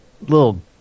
little